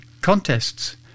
contests